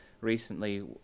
recently